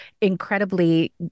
incredibly